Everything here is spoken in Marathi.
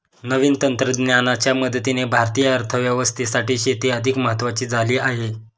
नवीन तंत्रज्ञानाच्या मदतीने भारतीय अर्थव्यवस्थेसाठी शेती अधिक महत्वाची झाली आहे